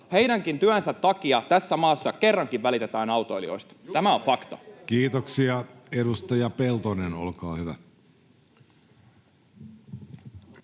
heidänkin työnsä takia tässä maassa kerrankin välitetään autoilijoista. Tämä on fakta. Kiitoksia. — Edustaja Peltonen, olkaa hyvä.